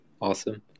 Awesome